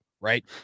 Right